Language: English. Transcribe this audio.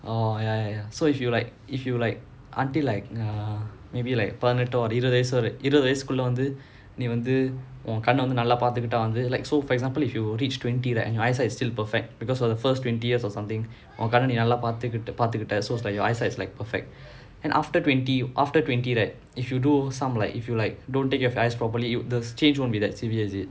oh ya ya ya so if you like if you like until like err maybe like பதினெட்டு இருவது வயசு இருவது வயசு குள்ள:pathinettu iruvathu vayasu iruvathu vayasu kulla um கண்ணே நல்ல பாத்துகிட்டே:kannae nalla paathukitta like so for example if you will reach twenty right and your eyesight is still perfect because for the first twenty years or something or உன் கண்ணே நீ நல்ல பாத்துகிட்டே:un kannae nee nalla paathukittae so like your eyesight is like perfect and after twenty after twenty right if you do some like if you like don't take your eyes properly the change won't be that serious is it